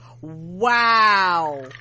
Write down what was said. wow